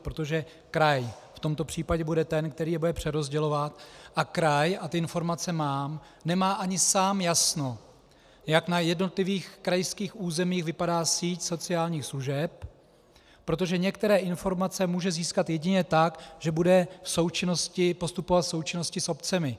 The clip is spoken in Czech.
Protože kraj v tomto případě bude ten, který je bude přerozdělovat, a kraj, a ty informace mám, nemá ani sám jasno, jak na jednotlivých krajských územích vypadá síť sociálních služeb, protože některé informace může získat jedině tak, že bude postupovat v součinnosti s obcemi.